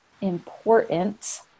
important